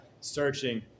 searching